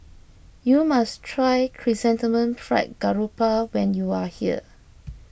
you must try Chrysanthemum Fried Garoupa when you are here